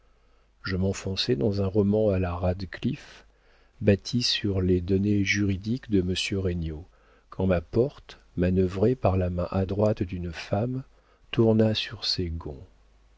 je m'enfonçai dans un roman à la radcliffe bâti sur les données juridiques de monsieur regnault quand ma porte manœuvrée par la main adroite d'une femme tourna sur ses gonds